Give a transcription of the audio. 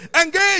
engage